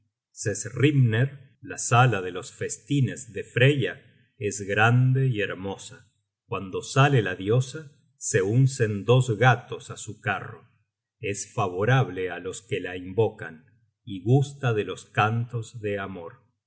la sala de los festines de freya es grande y hermosa cuando sale la diosa se uncen dos gatos á su carro es favorable á los que la invocan y gusta de los cantos de amor